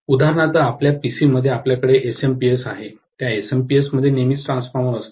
उदाहरणार्थ आपल्या पीसी मध्ये आपल्याकडे एसएमपीएस आहे त्या एसएमपीएस मध्ये नेहमीच ट्रान्सफॉर्मर असतो